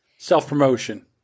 Self-promotion